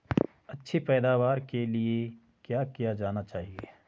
अच्छी पैदावार के लिए क्या किया जाना चाहिए?